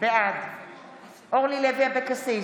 בעד אורלי לוי אבקסיס,